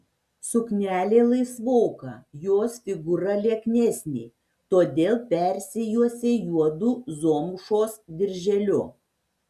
suknelė laisvoka jos figūra lieknesnė todėl persijuosė juodu zomšos dirželiu